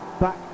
back